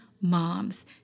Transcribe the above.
moms